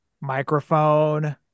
microphone